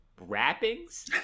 wrappings